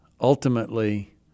ultimately